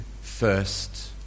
first